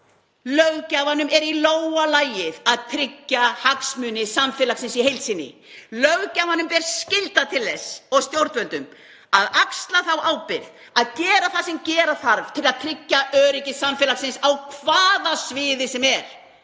Löggjafanum er í lófa lagið að tryggja hagsmuni samfélagsins í heild sinni. Löggjafanum og stjórnvöldum ber skylda til þess að axla þá ábyrgð að gera það sem gera þarf til að tryggja öryggi samfélagsins á hvaða sviði sem er.